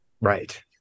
right